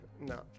no